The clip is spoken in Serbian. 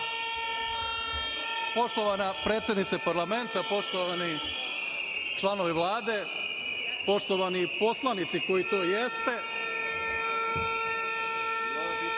Hvala. Poštovana predsednice parlamenta, poštovani članovi Vlade, poštovani poslanici koji to jeste,